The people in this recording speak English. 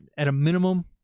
at a minimum,